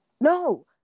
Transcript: No